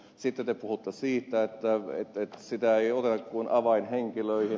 sitten te puhutte siitä että sitä ei sovelleta kuin avainhenkilöihin